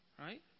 right